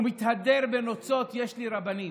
הוא מתהדר בנוצות: יש לי רבנים.